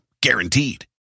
Guaranteed